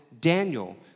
Daniel